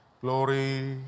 Glory